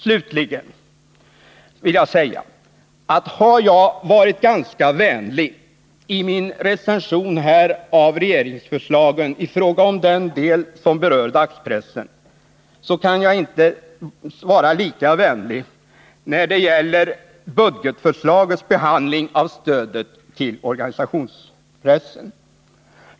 Slutligen vill jag säga att om jag har varit vänlig i min recension av regeringsförslagen i fråga om den del som berör dagspressen, så kan jag inte vara lika vänlig när det gäller behandlingen i budgetförslaget av stödet till organisationspressen.